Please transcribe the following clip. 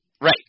Right